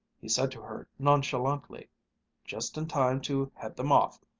he said to her nonchalantly just in time to head them off.